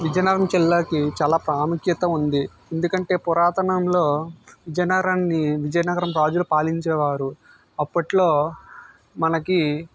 విజయనగరం జిల్లాకి చాలా ప్రాముఖ్యత ఉంది ఎందుకంటే పురాతనంలో విజయనగరాన్ని విజయనగరం రాజులు పాలించే వారు అప్పట్లో మనకి